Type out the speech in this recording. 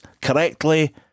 correctly